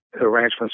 arrangements